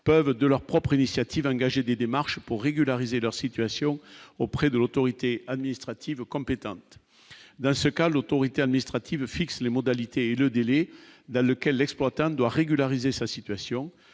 peuvent de leur propre initiative, engager des démarches pour régulariser leur situation auprès de l'autorité administrative compétente dans ce cas, l'autorité administrative, fixe les modalités et le délai dans lequel l'exploitant doit régulariser sa situation